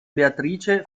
beatrice